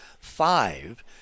five